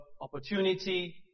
opportunity